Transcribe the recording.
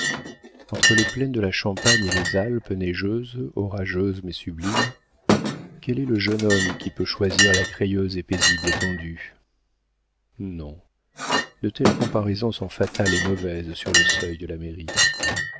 entre les plaines de la champagne et les alpes neigeuses orageuses mais sublimes quel est le jeune homme qui peut choisir la crayeuse et paisible étendue non de telles comparaisons sont fatales et mauvaises sur le seuil de la mairie